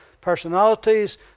personalities